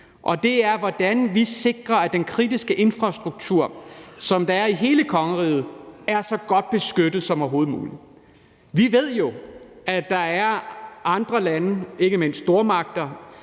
det er, hvordan vi sikrer, at den kritiske infrastruktur, som der er i hele kongeriget, er så godt beskyttet som overhovedet muligt. Vi ved jo, at der er andre lande, ikke mindst stormagter,